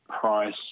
price